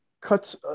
cuts